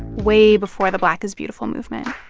way before the black is beautiful movement.